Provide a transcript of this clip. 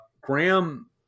Graham